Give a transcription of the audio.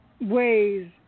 ways